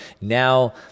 Now